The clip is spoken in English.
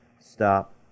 stop